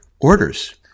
orders